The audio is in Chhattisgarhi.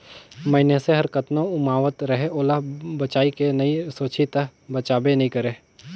मइनसे हर कतनो उमावत रहें ओला बचाए के नइ सोचही त बांचबे नइ करे